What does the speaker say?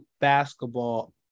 basketball